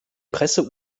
presse